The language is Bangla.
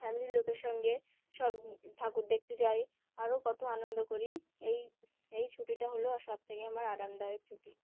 ফ্যামিলির লোকের সঙ্গে সব ঠাকুর দেখতে যাই আরও কত আনন্দ করি এই এই ছুটিটা হলো আর সবথেকে আমার আরামদায়ক ছুটি